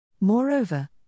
Moreover